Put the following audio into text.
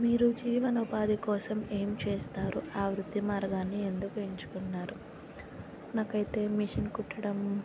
మీరు జీవనోపాధి కోసం ఏం చేస్తారు ఆ వృత్తి మార్గాన్ని ఎందుకు ఎంచుకున్నారు నాకైతే మిషన్ కుట్టడం